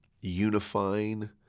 unifying